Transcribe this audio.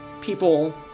people